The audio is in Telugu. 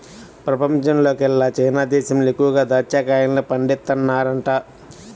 పెపంచంలోకెల్లా చైనా దేశంలో ఎక్కువగా దాచ్చా కాయల్ని పండిత్తన్నారంట